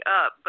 up